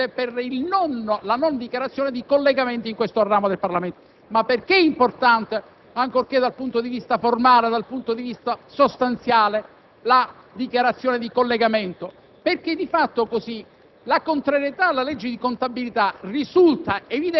le dichiarazioni non avevano costituito precedente per la non dichiarazione di collegamento in questo ramo del Parlamento. Ma perché è importante ancorché dal punto di vista formale, da quello sostanziale, la dichiarazione di collegamento? Perché così,